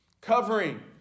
Covering